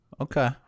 Okay